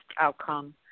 outcome